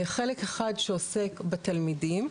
חלק אחד שעוסק בתלמידים,